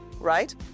right